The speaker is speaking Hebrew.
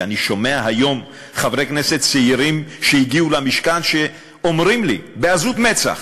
ואני שומע היום חברי כנסת צעירים שהגיעו למשכן ואומרים לי בעזות מצח: